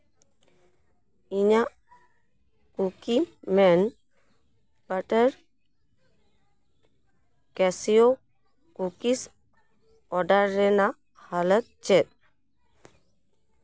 ᱤᱧᱟᱹᱜ ᱠᱩᱠᱤ ᱢᱮᱱ ᱵᱟᱴᱟᱨ ᱠᱮᱥᱤᱭᱳ ᱠᱩᱠᱤᱡ ᱚᱰᱟᱨ ᱨᱮᱱᱟᱜ ᱦᱟᱞᱚᱛ ᱪᱮᱫ